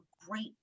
great